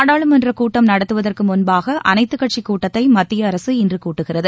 நாடாளுமன்ற கூட்டம் நடத்துவதற்கு முன்பாக அனைத்துக் கட்சி கூட்டத்தை மத்திய அரசு இன்று கூட்டுகிறது